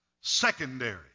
secondary